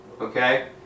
okay